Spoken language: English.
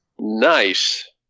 Nice